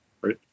right